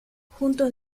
juntos